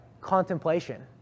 contemplation